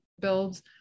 builds